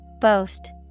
Boast